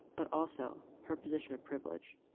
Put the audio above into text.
but also her position of privilege.